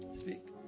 Speak